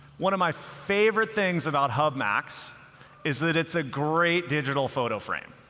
one of my favorite things about hub max is that it's a great digital photo frame.